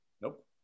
Nope